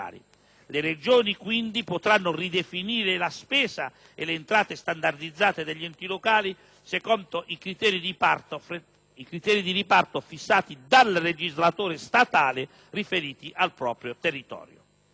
potranno, quindi, ridefinire la spesa e le entrate standardizzate degli enti locali secondo i criteri di riparto fissati dal legislatore statale riferiti al proprio territorio.